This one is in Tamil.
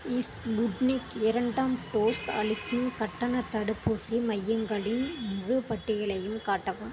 இஸ்புட்னிக் இரண்டாம் டோஸ் அளிக்கும் கட்டணத் தடுப்பூசி மையங்களின் முழுப் பட்டியலையும் காட்டவும்